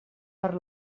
per